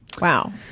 Wow